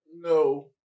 No